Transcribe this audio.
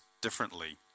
differently